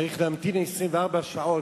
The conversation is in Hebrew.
צריך להמתין 24 שעות,